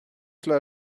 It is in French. cela